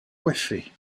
coiffer